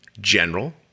general